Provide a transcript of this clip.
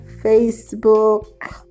Facebook